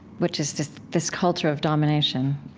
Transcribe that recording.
which is this this culture of domination,